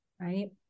right